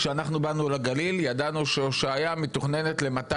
כשאנחנו הגענו לגליל ידענו שהושעיה מתוכננת ל-200